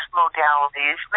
modalities